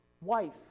wife